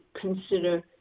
consider